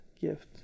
gift